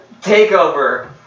takeover